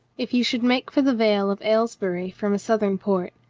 if you should make for the vale of aylesbury from a southern port,